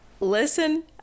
Listen